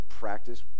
practice